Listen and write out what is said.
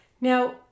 Now